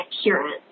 appearance